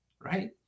right